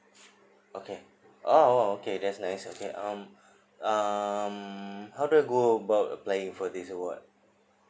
okay oh oh okay that's nice okay um um how do I go about applying for this award